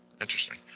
Interesting